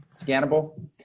Scannable